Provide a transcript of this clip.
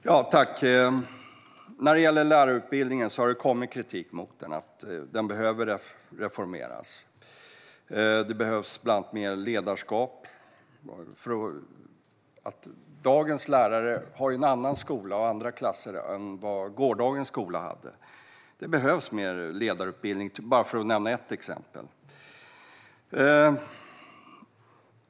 Fru talman! När det gäller lärarutbildningen har det kommit kritik: Den behöver reformeras. Det behövs bland annat mer ledarskap. Dagens lärare har en annan skola och andra klasser än gårdagens. Det behövs mer ledarutbildning, för att nämna bara ett exempel.